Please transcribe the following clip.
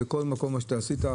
בכל מקום כל מה שעשית,